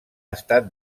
estat